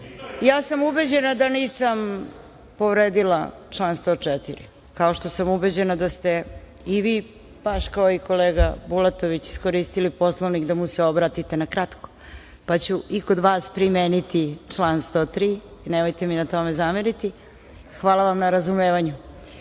sam ubeđena da nisam povredila član 104, kao što sam ubeđena da ste i vi baš kao i kolega Bulatović iskoristili Poslovnik da mu se obratite na kratko, pa ću i kod vas primeniti član 103. i nemojte mi na tome zameriti. Hvala vam na razumevanju. Reč